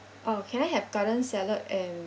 oh can I have garden salad and